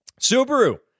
Subaru